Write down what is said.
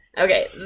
Okay